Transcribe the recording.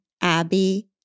Abby